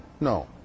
No